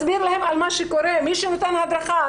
מסביר להם על מה שקורה, מי נותן הדרכה?